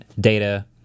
data